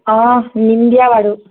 অ' নিম দিয়া বাৰু